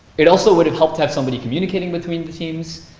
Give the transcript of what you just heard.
it also would have helped to have somebody communicating between the teams.